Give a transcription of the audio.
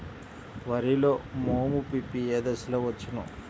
వరిలో మోము పిప్పి ఏ దశలో వచ్చును?